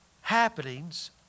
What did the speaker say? happenings